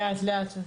לאט לאט.